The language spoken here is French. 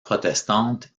protestante